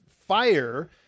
fire